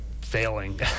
failing